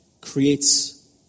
creates